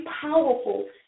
powerful